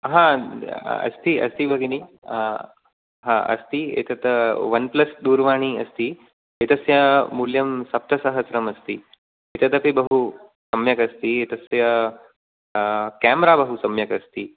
ह अस्ति अस्ति भगिनी ह अस्ति एतत् ओन् प्लस् दूरवाणी अस्ति एतस्य मूल्यं सप्तसहस्रमस्ति एतदपि बहु सम्यगस्ति एतस्य केमेरा बहुसम्यक् अस्ति